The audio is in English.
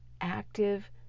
active